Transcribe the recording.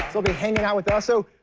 he'll be hanging out with us. so